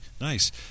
Nice